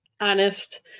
honest